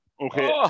okay